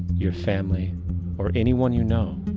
your family or anyone you know,